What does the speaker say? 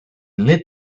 lit